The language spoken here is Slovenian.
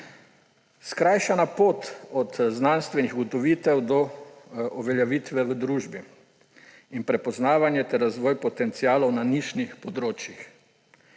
skrajšana pot od znanstvenih ugotovitev do uveljavitve v družbi in prepoznavanje ter razvoj potencialov na nišnih področjih.